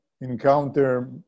encounter